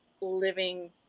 living